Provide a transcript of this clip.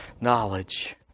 knowledge